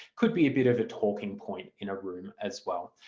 could be a bit of a talking point in a room as well.